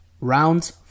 Rounds